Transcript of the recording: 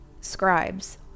scribes